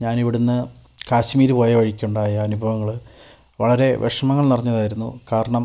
ഞാൻ ഇവിടുന്ന് കാശ്മീര് പോയ വഴിക്കുണ്ടായ അനുഭവങ്ങള് വളരെ വിഷമങ്ങൾ നിറഞ്ഞതായിരുന്നു കാരണം